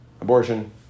Abortion